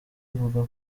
ivuga